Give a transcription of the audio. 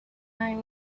eye